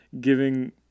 giving